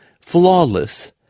flawless